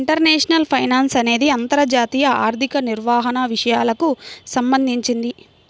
international finance అనేది అంతర్జాతీయ ఆర్థిక నిర్వహణ విషయాలకు సంబంధించింది